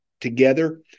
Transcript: together